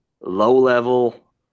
low-level